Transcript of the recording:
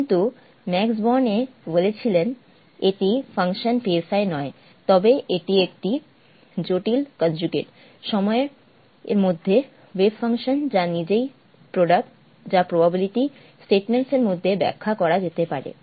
কিন্তু Max Born এ বলেছিলেন এটি ফাংশন নয় তবে এটি একটি জটিল কনজুগেট সময় এর ওয়েভ ফাংশন যা নিজেই প্রোডাক্ট যা প্রোবাবিলিটি স্টেটমেন্টস এর মাধ্যমে ব্যাখ্যা করা যেতে পারে